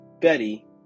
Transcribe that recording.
Betty